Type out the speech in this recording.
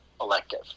elective